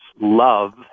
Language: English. love